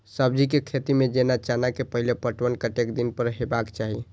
सब्जी के खेती में जेना चना के पहिले पटवन कतेक दिन पर हेबाक चाही?